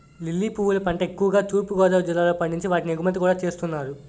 lily పువ్వుల పంట ఎక్కువుగా తూర్పు గోదావరి జిల్లాలో పండించి వాటిని ఎగుమతి కూడా చేస్తున్నారు